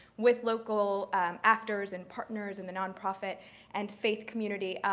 with local actors and partners in the nonprofit and faith community.